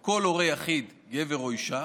או כל הורה יחיד, גבר או אישה,